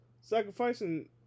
sacrificing